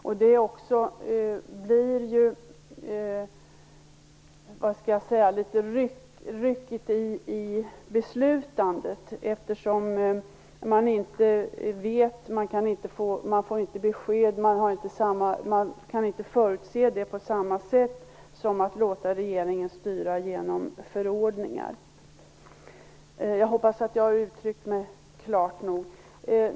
Det medför att det blir litet ryckighet i beslutsfattandet, eftersom man inte kan förutse utgången på samma sätt som man gör när regeringen styr genom förordningar. Jag hoppas att jag har uttryckt mig klart nog.